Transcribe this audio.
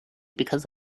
because